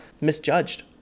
misjudged